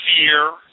fear